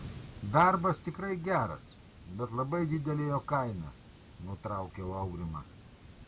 darbas tikrai geras bet labai didelė jo kaina nutraukiau aurimą